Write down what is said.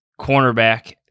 cornerback